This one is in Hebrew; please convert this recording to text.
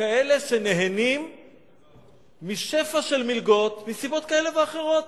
כאלה שנהנים משפע של מלגות, מסיבות כאלה ואחרות,